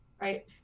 right